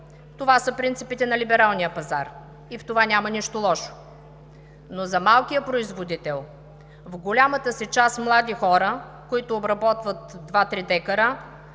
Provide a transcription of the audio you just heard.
Това са принципите на либералния пазар и в това няма нищо лошо. Но за малкия производител, в голямата си част млади хора, които обработват два-три декара,